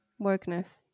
Wokeness